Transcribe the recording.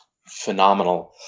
phenomenal